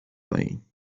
پایین